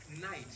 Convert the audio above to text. night